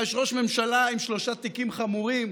יש ראש ממשלה עם שלושה תיקים חמורים,